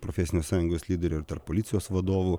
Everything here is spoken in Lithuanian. profesinės sąjungos lyderio ir tarp policijos vadovų